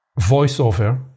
voiceover